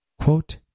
quote